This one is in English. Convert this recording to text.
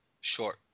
Short